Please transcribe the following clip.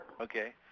Okay